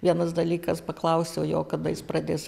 vienas dalykas paklausiau jo kada jis pradės